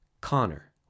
Connor